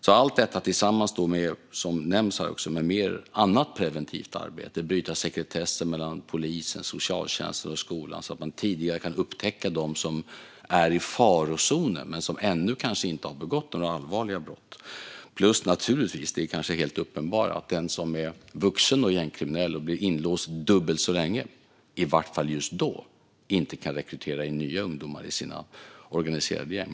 Jag tittar gärna på allt det som nämns här, tillsammans med annat preventivt arbete såsom att bryta sekretessen mellan polisen, socialtjänsten och skolan så att man tidigare kan upptäcka dem som är i farozonen men som kanske ännu inte har begått några allvarliga brott - plus det kanske helt uppenbara att den som är vuxen och gängkriminell och blir inlåst dubbelt så länge i vart fall inte just då kan rekrytera nya ungdomar till organiserade gäng.